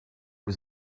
was